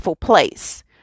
place